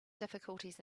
difficulties